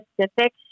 specific